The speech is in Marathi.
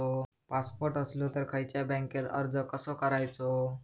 पासपोर्ट असलो तर खयच्या बँकेत अर्ज कसो करायचो?